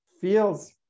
feels